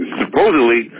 supposedly